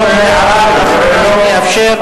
זאת ההערה האחרונה שאני אאפשר,